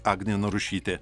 agnė narušytė